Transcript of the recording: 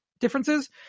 differences